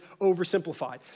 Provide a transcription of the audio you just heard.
oversimplified